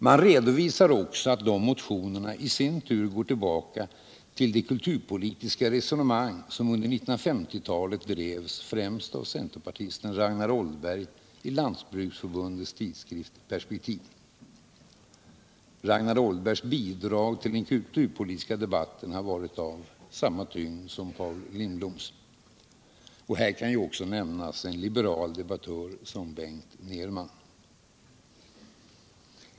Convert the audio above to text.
Man redovisar också att dessa motioner i sin tur går tillbaka till de kulturpolitiska resonemang som under 1950-talet drevs främst av centerpartisten Ragnar Oldberg i Lantbruksförbundets tidskrift Perspektiv. Ragnar Oldbergs bidrag till den kulturpolitiska debatten har varit av samma tyngd som Paul Lindbloms. Här kan också nämnas en liberal debattör som Bengt Nerman.